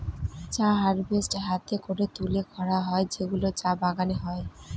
চা হারভেস্ট হাতে করে তুলে করা হয় যেগুলো চা বাগানে হয়